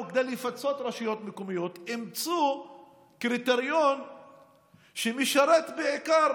כדי לפצות רשויות מקומיות אימצו קריטריון שמשרת בעיקר,